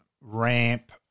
ramp